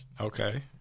Okay